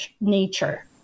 nature